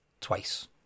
twice